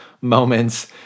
moments